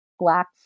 black